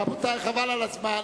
רבותי, חבל על הזמן.